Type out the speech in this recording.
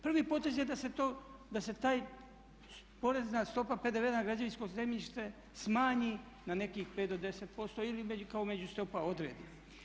Prvi potez je da se ta porezna stopa PDV-a na građevinsko zemljište smanji na nekih 5 do 10% ili kao međustopa odredi.